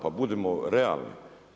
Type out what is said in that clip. Pa budimo realni!